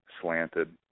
slanted